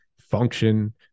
function